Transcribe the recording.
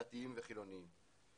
דתיים וחילוניים.